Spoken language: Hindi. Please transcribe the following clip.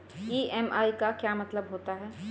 ई.एम.आई का क्या मतलब होता है?